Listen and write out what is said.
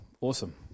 Awesome